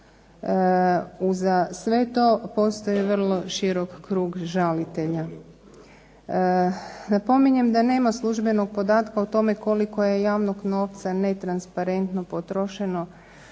Uza sve to postoji vrlo širok krug žalitelja. Napominjem da nema službenog podatka o tome koliko je javnog novca netransparentno potrošeno